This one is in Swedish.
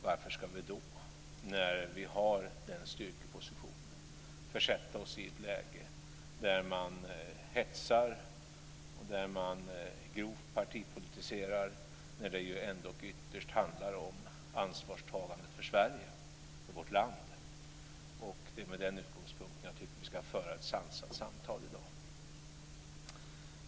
Varför ska vi, när vi har den styrkepositionen, försätta oss i ett läge där man hetsar och grovt partipolitiserar? Ytterst handlar det ju om ansvarstagandet för Sverige, för vårt land. Det är med den utgångspunkten som jag tycker att vi i dag ska föra ett sansat samtal.